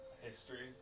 history